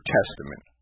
Testament